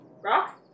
Rock